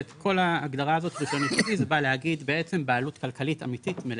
כל ההגדרה הזאת באה להגיד בעצם בעלות כלכלית אמיתית מלאה,